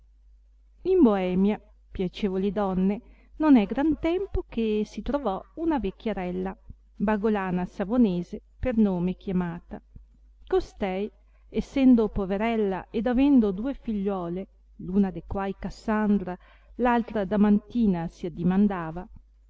in boemia piacevoli donne non è gran tempo che si trovò una vecchjarella bagolana savonese per nome chiamata costei essendo poverella ed avendo due figliuole una de quai cassandra l altra adamantina si addimandava